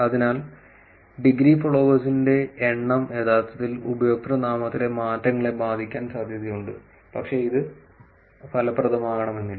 അതിനാൽ ഡിഗ്രി ഫോളോവേഴ്സിന്റെ എണ്ണം യഥാർത്ഥത്തിൽ ഉപയോക്തൃനാമത്തിലെ മാറ്റങ്ങളെ ബാധിക്കാൻ സാധ്യതയുണ്ട് പക്ഷേ ഇത് ഫലപ്രദമാകണമെന്നില്ല